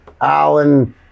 Alan